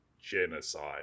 Genocide